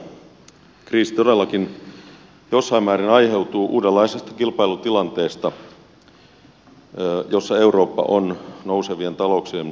kriisi todellakin jossain määrin aiheutuu uudenlaisesta kilpailutilanteesta jossa eurooppa on nousevien talouksien kanssa